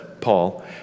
Paul